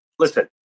listen